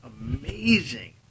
amazing